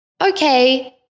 okay